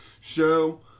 show